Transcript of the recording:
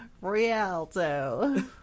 Rialto